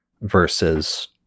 versus